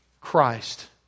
Christ